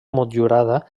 motllurada